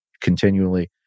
continually